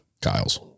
Kyle's